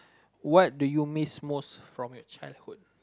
what do you miss most from your childhood